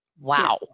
wow